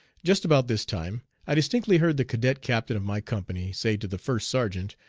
just about this time i distinctly heard the cadet captain of my company say to the first sergeant,